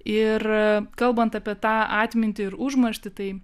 ir kalbant apie tą atmintį ir užmarštį tai